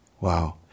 Wow